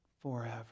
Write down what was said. Forever